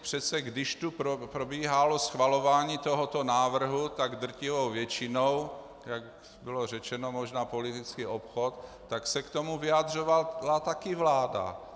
Přece když tu probíhalo schvalování tohoto návrhu tak drtivou většinou jak bylo řečeno, možná politický obchod , tak se k tomu vyjadřovala taky vláda.